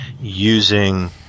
using